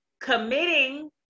committing